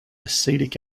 acetic